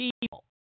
people